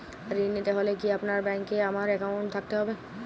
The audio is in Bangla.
ঋণ নিতে হলে কি আপনার ব্যাংক এ আমার অ্যাকাউন্ট থাকতে হবে?